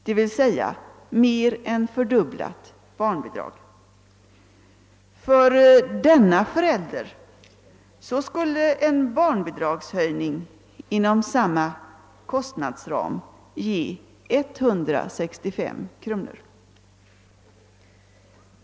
Denna förälder får alltså mer än dubbla barnbidragssumman. En barnbidragshöjning inom samma kostnadsram skulle ge 165 kronor.